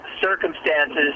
circumstances